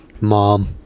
mom